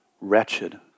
wretched